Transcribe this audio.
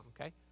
okay